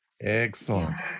excellent